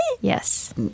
Yes